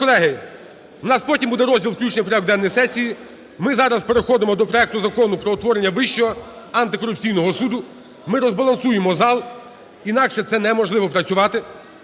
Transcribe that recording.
Отже, колеги, у нас потім буде розділ "включення в порядок денний сесії". Ми зараз переходимо до проекту Закону про утворення Вищого антикорупційного суду. Ми розбалансуємо зал, інакше це неможливо працювати.